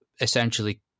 essentially